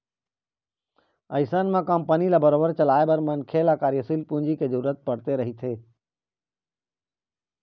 अइसन म कंपनी ल बरोबर चलाए बर मनखे ल कार्यसील पूंजी के जरुरत पड़ते रहिथे